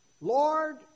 Lord